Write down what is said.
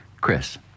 Chris